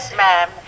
ma'am